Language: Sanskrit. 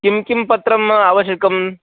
किं किं पत्रम् आवश्यकम्